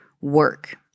work